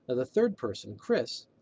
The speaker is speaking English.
and the third person, chris,